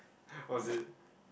was it